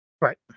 Right